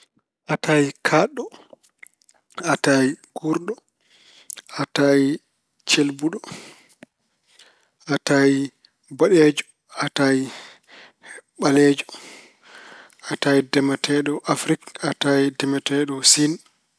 Ataye kaaɗɗo, ataye guurɗo, ataye celbuɗo, ataye boɗeejo, ataye ɓaleejo, ataye demeteeɗo Afirik, ataye demeteeɗo Siin.